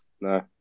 no